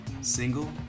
Single